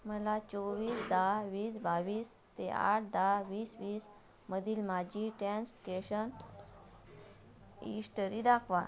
मला चोवीस दहा वीस बावीस ते आठ दहा वीस वीसमधील माझी टॅन्सकेशन इश्टरी दाखवा